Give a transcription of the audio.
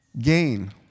gain